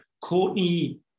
Courtney